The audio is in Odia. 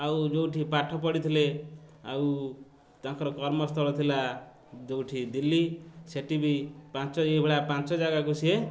ଆଉ ଯେଉଁଠି ପାଠ ପଢ଼ିଥିଲେ ଆଉ ତାଙ୍କର କର୍ମସ୍ଥଳ ଥିଲା ଯେଉଁଠି ଦିଲ୍ଲୀ ସେଠି ବି ପାଞ୍ଚ ଏହିଭଳିଆ ପାଞ୍ଚ ଜାଗାକୁ ସିଏ